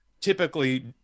typically